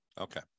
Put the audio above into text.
okay